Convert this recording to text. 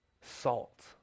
salt